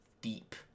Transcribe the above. deep